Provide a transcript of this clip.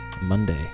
monday